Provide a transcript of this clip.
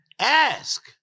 Ask